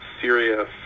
serious